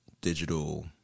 digital